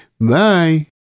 Bye